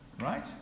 Right